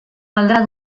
caldrà